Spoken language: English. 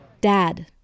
Dad